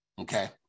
okay